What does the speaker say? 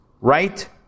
Right